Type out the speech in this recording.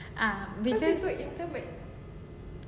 ah because